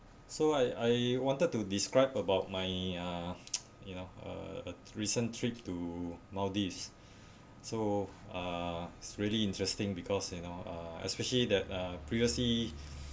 so I I wanted to describe about my uh you know uh recent trip to maldives so uh it's really interesting because you know uh especially that uh previously